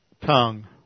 tongue